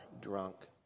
drunk